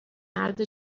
مرد